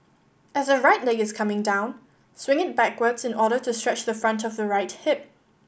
as the right leg is coming down swing it backwards in order to stretch the front of the right hip